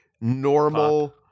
normal –